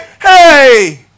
hey